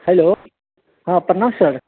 hello हँ प्रणाम sir